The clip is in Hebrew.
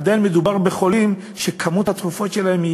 עדיין מדובר בחולים שכמות התרופות שלהם היא